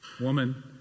woman